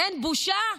אין בושה?